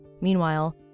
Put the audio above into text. Meanwhile